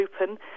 open